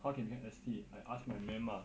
how can become S_T I ask my ma'am lah